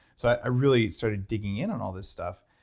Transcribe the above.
so i really started digging in on all this stuff.